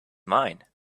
mine